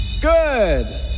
Good